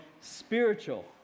spiritual